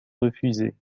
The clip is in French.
refusée